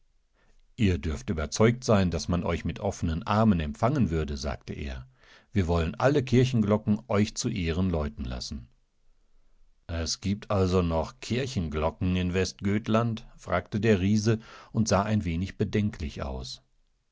ihr dürft überzeugt sein daß man euch mit offenenarmenempfangenwürde sagteer wirwollenallekirchenglocken euch zu ehren läuten lassen es gibt also noch kirchenglocken inwestgötland fragte der riese und sah ein wenig bedenklich aus